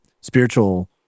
spiritual